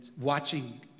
watching